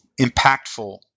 impactful